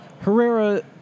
Herrera